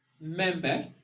member